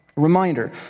Reminder